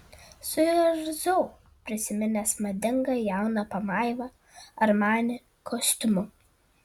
suirzau prisiminęs madingą jauną pamaivą armani kostiumu